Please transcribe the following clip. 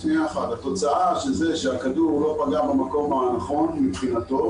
התוצאה של זה שהכדור לא פגע במקום הנכון מבחינתו